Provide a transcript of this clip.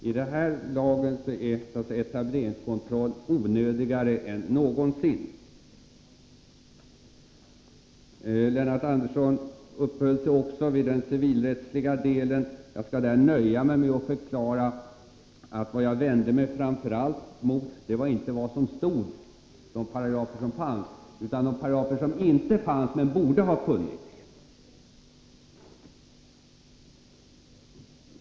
I den här lagen är etableringskontroll onödigare än någonsin. Lennart Andersson uppehöll sig också vid den civilrättsliga delen. Jag skall därvidlag nöja mig med att förklara att vad jag framför allt vände mig mot var inte de paragrafer som fanns utan det förhållandet att de paragrafer inte fanns som borde ha funnits.